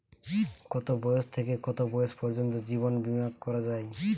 কতো বয়স থেকে কত বয়স পর্যন্ত জীবন বিমা করা যায়?